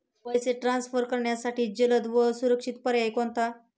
पैसे ट्रान्सफर करण्यासाठी जलद व सुरक्षित पर्याय कोणता?